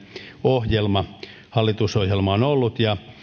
ohjelma hallitusohjelma on ollut ja